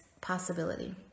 possibility